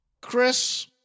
chris